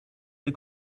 der